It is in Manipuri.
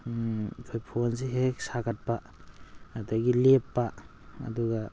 ꯑꯩꯈꯣꯏ ꯐꯣꯟꯁꯦ ꯍꯦꯛ ꯍꯦꯛ ꯁꯥꯒꯠꯄ ꯑꯗꯒꯤ ꯂꯦꯞꯄ ꯑꯗꯨꯒ